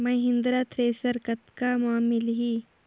Mahindra thresher कतका म मिलही?